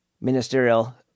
Ministerial